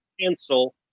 cancel